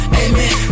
amen